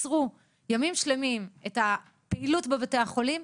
עצרו ימים שלמים את הפעילות בבתי החולים,